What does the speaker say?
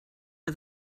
are